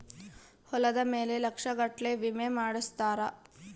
ಹೊಲದ ಮೇಲೆ ಲಕ್ಷ ಗಟ್ಲೇ ವಿಮೆ ಮಾಡ್ಸಿರ್ತಾರ